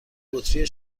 بطری